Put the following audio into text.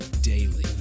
daily